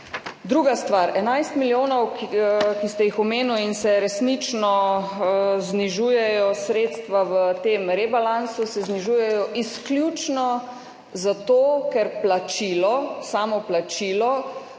Druga stvar, 11 milijonov, ki ste jih omenili. Resnično se znižujejo sredstva v tem rebalansu, izključno zato, ker plačilo, samo plačilo,